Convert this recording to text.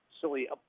silly